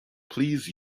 please